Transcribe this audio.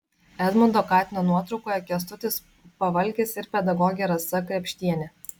edmundo katino nuotraukoje kęstutis pavalkis ir pedagogė rasa krėpštienė